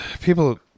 people